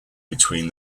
between